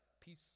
peace